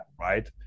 right